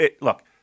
Look